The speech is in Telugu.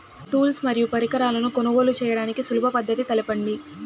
టూల్స్ మరియు పరికరాలను కొనుగోలు చేయడానికి సులభ పద్దతి తెలపండి?